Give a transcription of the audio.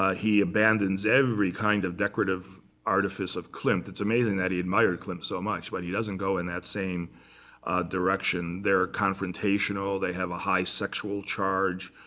ah he abandons every kind of decorative artifice of klimt. it's amazing that he admired klimt so much. but he doesn't go in that same direction. they're confrontational. they have a high sexual charge.